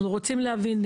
אנחנו רוצים להבין,